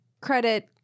credit